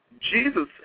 Jesus